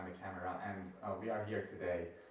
camera, and we are here today,